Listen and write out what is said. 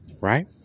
Right